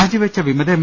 രാജിവെച്ച വിമത എം